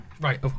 Right